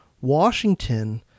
Washington